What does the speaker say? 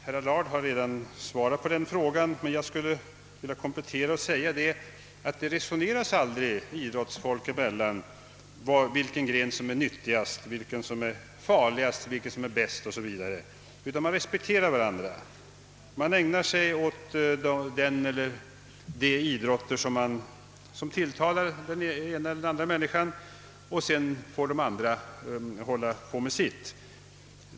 Herr Allard har redan svarat på den frågan, men jag skulle vilja komplettera hans svar med att säga att det aldrig resoneras idrottsfolk emellan om vilken gren som är nyttigast, vilken som är farligast, vilken som är bäst o. s. v. Man respekterar varandra. Man ägnar sig åt den eller de idrotter som tilltalar en, och sedan får de andra hålla på med sitt.